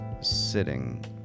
sitting